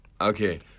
Okay